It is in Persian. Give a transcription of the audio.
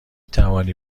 توانی